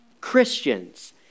Christians